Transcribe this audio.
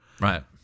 right